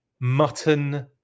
mutton